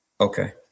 okay